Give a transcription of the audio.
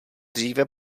dříve